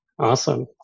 Awesome